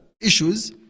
issues